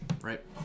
right